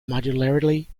modularity